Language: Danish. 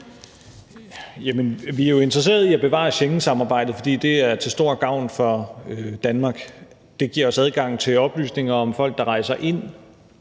Vi er jo interesserede i at bevare Schengensamarbejdet, for det er til stor gavn for Danmark. Det giver os adgang til oplysninger om folk, der rejser ind